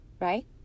right